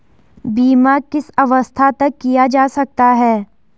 बीमा किस अवस्था तक किया जा सकता है?